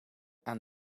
aan